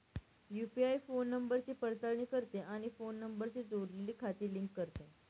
UPI phone नंबरची पडताळणी करते आणि फोन नंबरशी जोडलेली खाती लिंक करते